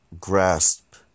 grasp